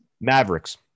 Mavericks